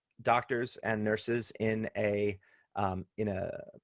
doctors and nurses in a in a